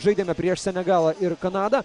žaidėme prieš senegalą ir kanadą